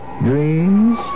dreams